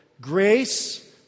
Grace